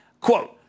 Quote